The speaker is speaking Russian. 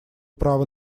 права